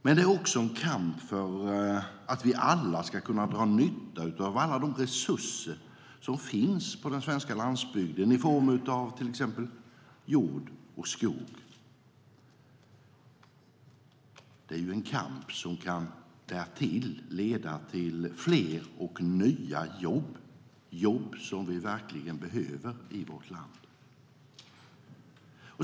Men det är också en kamp för att vi alla ska kunna dra nytta av alla de resurser som finns på den svenska landsbygden i form av till exempel jord och skog. Det är en kamp som därtill kan leda till fler och nya jobb - jobb som vi verkligen behöver i vårt land.